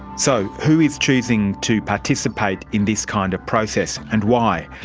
so, who is choosing to participate in this kind of process, and why?